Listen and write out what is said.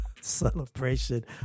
celebration